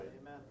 Amen